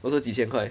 also 几千块